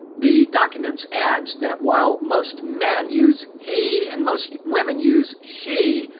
the documents adds that while most men use he and most women use she,